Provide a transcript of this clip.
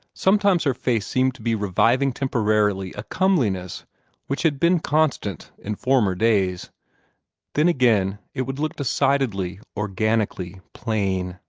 sometimes her face seemed to be reviving temporarily a comeliness which had been constant in former days then again it would look decidedly, organically, plain.